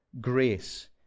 grace